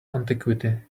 antiquity